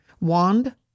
wand